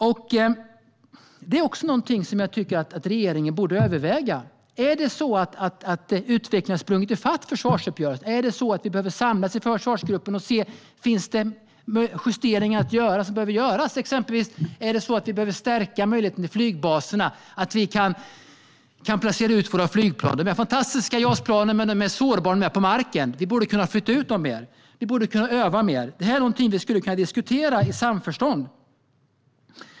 Det finns också någonting som jag tycker att regeringen borde överväga. Är det så att utvecklingen har sprungit i fatt försvarsuppgörelsen? Behöver vi samlas i försvarsgruppen och se om det finns justeringar som behöver göras? Behöver vi exempelvis stärka möjligheten när det gäller flygbaserna, så att vi kan placera ut våra flygplan? JAS-planen är fantastiska, men de är sårbara när de är på marken. Vi borde kunna flytta ut dem mer. Vi borde kunna öva mer. Det här är någonting som vi skulle kunna diskutera i samförstånd.